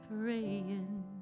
praying